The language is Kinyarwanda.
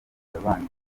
yabanje